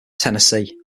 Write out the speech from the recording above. tennessee